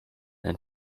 and